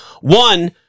One